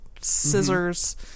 scissors